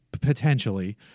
potentially